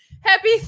Happy